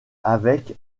avec